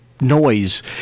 noise